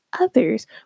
others